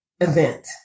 event